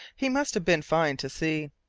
he must have been fine to see.